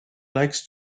likes